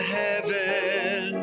heaven